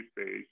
space